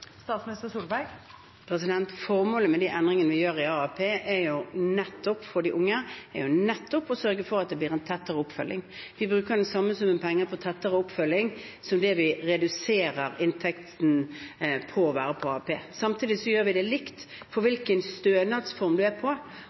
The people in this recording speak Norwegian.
Formålet med de endringene vi gjør i AAP for de unge, er nettopp å sørge for at det blir en tettere oppfølging. Vi bruker den samme summen penger på tettere oppfølging som det vi reduserer inntekten med ved å være på AAP. Samtidig gjør vi det likt for hvilken stønadsform man er på